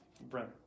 Brent